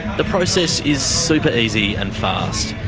the process is super easy and fast.